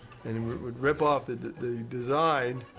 and and would would rip off the the design